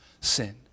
Sin